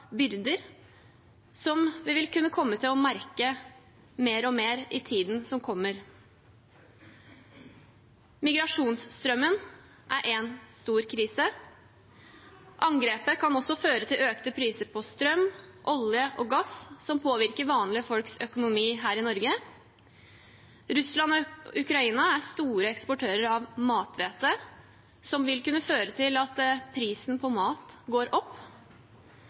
byrder som vi vil kunne komme til å merke mer og mer i tiden som kommer. Migrasjonsstrømmen er én stor krise. Angrepet kan også føre til økte priser på strøm, olje og gass, som påvirker vanlige folks økonomi her i Norge. Russland og Ukraina er store eksportører av mathvete, som vil kunne føre til at prisen på mat går opp.